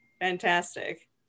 Fantastic